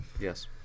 Yes